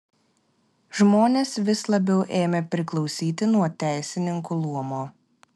žmonės vis labiau ėmė priklausyti nuo teisininkų luomo